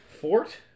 fort